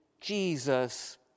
Jesus